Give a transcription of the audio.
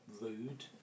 rude